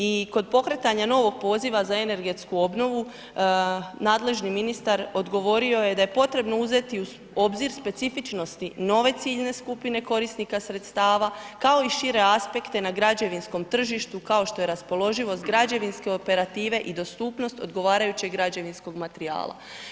I kod pokretanja novog poziva za energetsku obnovu nadležni ministar odgovorio je da je potrebno uzeti u obzir specifičnosti nove ciljne skupine korisnika sredstava, kao i šire aspekte na građevinskom tržištu kao što je raspoloživost građevinske operative i dostupnost odgovarajućeg građevinskog materijala.